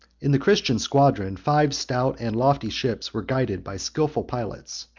in the christian squadron, five stout and lofty ships were guided by skilful pilots,